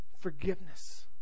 forgiveness